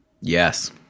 yes